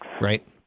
Right